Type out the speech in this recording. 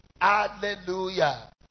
Hallelujah